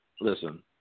listen –